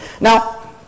Now